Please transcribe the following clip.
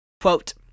Quote